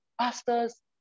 pastors